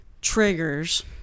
triggers